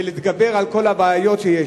ולהתגבר על כל הבעיות שיש.